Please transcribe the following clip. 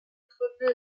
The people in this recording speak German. gründe